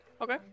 Okay